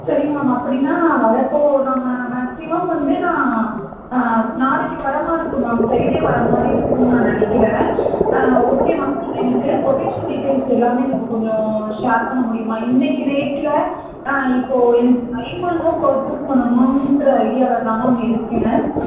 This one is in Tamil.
சரிங்க மேம் அப்படின்னா நான் வர்றப்போ நாம் மேக்ஸிமம் வந்து நான் நாளைக்கு வரமாதிரி இருக்கும் மேம் ஃப்ரைடே வரமாதிரி இருக்கும்னு நான் நினைக்கிறேன் ஓகே மேம் நீங்கள் எனக்கு கொட்டேஷன் டீடெயில்ஸ் எல்லாமே எனக்கு கொஞ்சம் ஷேர் பண்ண முடியுமா இன்னைக்கு ரேட்டில் ஆ இப்போது எனக்கு டைமண்டும் பர்ச்சேஸ் பண்ணணும்ன்ற ஐடியாவில் தான் மேம் இருக்கேன்